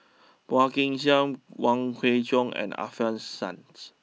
Phua Kin Siang Wong Kwei Cheong and Alfian Sa'at